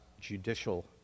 judicial